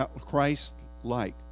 Christ-like